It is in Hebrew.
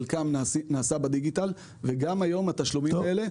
חלקם נעשה בדיגיטל וגם היום התשלומים האלה,